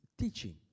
Teaching